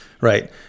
Right